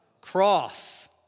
Cross